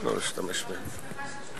לא אשתמש בהן.